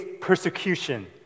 persecution